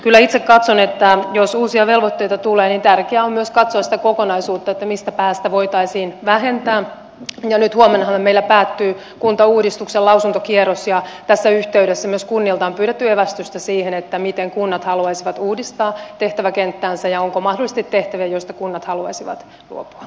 kyllä itse katson että jos uusia velvoitteita tulee niin tärkeää on myös katsoa sitä kokonaisuutta mistä päästä voitaisiin vähentää ja nyt huomennahan meillä päättyy kuntauudistuksen lausuntokierros ja tässä yhteydessä myös kunnilta on pyydetty evästystä siihen miten kunnat haluaisivat uudistaa tehtäväkenttäänsä ja onko mahdollisesti tehtäviä joista kunnat haluaisivat luopua